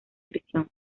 prisión